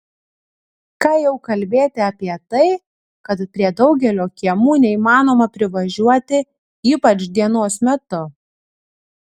ką jau kalbėti apie tai kad prie daugelio kiemų neįmanoma privažiuoti ypač dienos metu